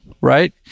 right